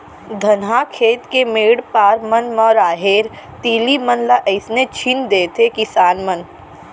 धनहा खेत के मेढ़ पार मन म राहेर, तिली मन ल अइसने छीन देथे किसान मन